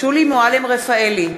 שולי מועלם-רפאלי,